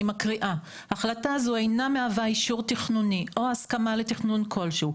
ואני מקריאה" "החלטה זו אינה מהווה אישור תכנוני או הסכמה לתכנון כלשהו.